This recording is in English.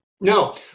No